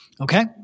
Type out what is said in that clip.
Okay